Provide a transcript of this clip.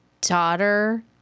daughter